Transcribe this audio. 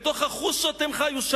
בתוך החושות הם חיו.